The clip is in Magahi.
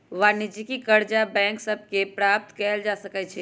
वाणिज्यिक करजा बैंक सभ से प्राप्त कएल जा सकै छइ